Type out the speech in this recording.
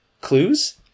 Clues